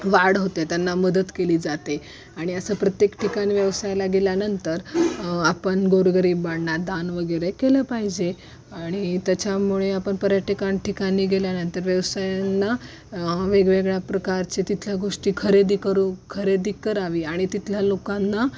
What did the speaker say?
वाढ होते त्यांना मदत केली जाते आणि असं प्रत्येक ठिकाणी व्यवसायाला गेल्यानंतर आपण गोरगरीबांना दान वगैरे केलं पाहिजे आणि त्याच्यामुळे आपण पर्यटका ठिकाणी गेल्यानंतर व्यवसायांना वेगवेगळ्या प्रकारचे तिथल्या गोष्टी खरेदी करू खरेदी करावी आणि तिथल्या लोकांना